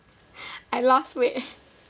I lost weight